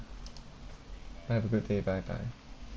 have a good day bye bye